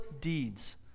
deeds